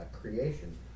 creation